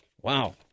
Wow